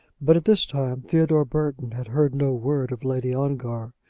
but at this time theodore burton had heard no word of lady ongar,